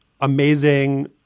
amazing